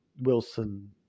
Wilson